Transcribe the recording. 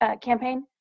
campaign